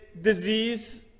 disease